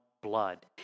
Blood